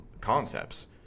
concepts